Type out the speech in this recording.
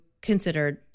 considered